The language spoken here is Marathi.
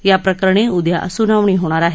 या प्रकरणी उद्या सुनावणी होणार आहे